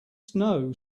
snow